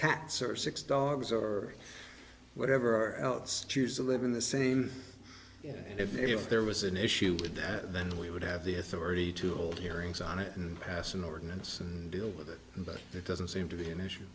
cats or six dogs or whatever else choose to live in the same and if there was an issue with that then we would have the authority to hold hearings on it and pass an ordinance and deal with it but that doesn't seem to be an issue